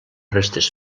restes